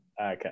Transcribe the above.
Okay